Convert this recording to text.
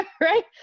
right